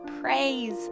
praise